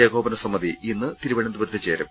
ഏകോപനസമിതി ഇന്ന് തിരുവനന്തപുരത്ത് ചേരും